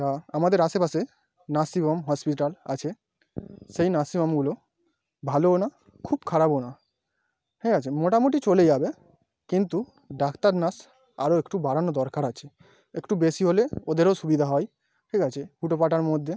তা আমাদের আশেপাশে নার্সিং হোম হসপিটাল আছে সেই নার্সিং হোমগুলো ভালোও না খুব খারাপও না ঠিক আছে মোটামুটি চলে যাবে কিন্তু ডাক্তার নার্স আরো একটু বাড়ানো দরকার আছে একটু বেশি হলে ওদেরও সুবিধা হয় ঠিক আছে হুটো পাটার মধ্যে